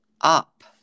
up